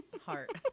heart